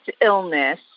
illness